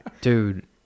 dude